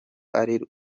ari